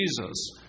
Jesus